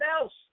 else